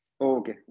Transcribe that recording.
Okay